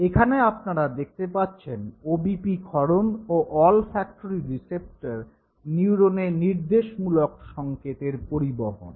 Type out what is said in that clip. এখানে আপনারা দেখতে পাচ্ছেন ওবিপি ক্ষরণ ও অলফ্যাক্টরি রিসেপ্টর নিউরোনে নির্দেশমূলক সংকেতের পরিবহণ